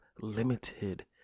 limited